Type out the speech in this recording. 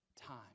time